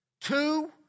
Two